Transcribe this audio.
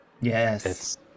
Yes